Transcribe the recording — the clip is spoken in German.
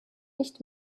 nicht